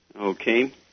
okay